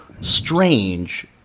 strange